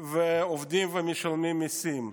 ועובדים ומשלמים מיסים,